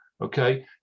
okay